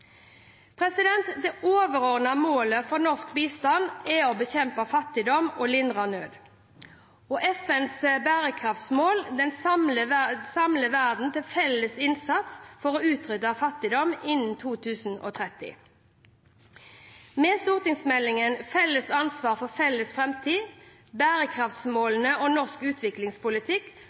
Det overordnede målet for norsk bistand er å bekjempe fattigdom og lindre nød. FNs bærekraftsmål samler verden til felles innsats for å utrydde fattigdom innen 2030. Med stortingsmeldingen «Felles ansvar for felles framtid – Bærekraftsmålene og norsk utviklingspolitikk»